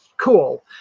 cool